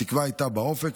התקווה הייתה באופק,